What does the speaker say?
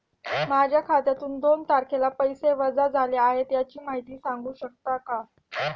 माझ्या खात्यातून दोन तारखेला पैसे वजा झाले आहेत त्याची माहिती सांगू शकता का?